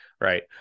right